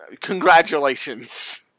congratulations